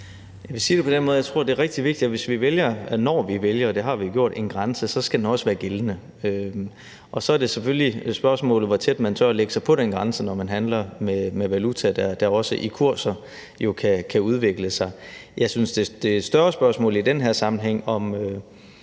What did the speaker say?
Jeg vil sige det på den måde, at jeg tror, det er rigtig vigtigt, at når vi vælger en grænse, og det har vi jo gjort, så skal den også være gældende. Så er det selvfølgelig spørgsmålet, hvor tæt man tør lægge sig på den grænse, når man handler med valuta, der jo også i kurser kan udvikle sig. Jeg synes, det er et større spørgsmål i den her sammenhæng, om